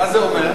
מה זה אומר?